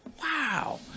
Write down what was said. wow